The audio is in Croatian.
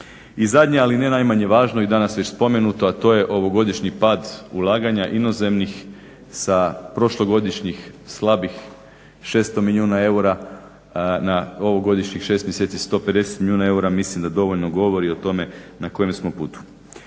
I zadnje, ali ne najmanje važno i danas već spomenuto, a to je ovogodišnji pad ulaganja inozemnih sa prošlogodišnjih slabih 600 milijuna eura na ovogodišnjih 6 mjeseci 150 milijuna eura mislim da dovoljno govori o tome na kojem smo putu.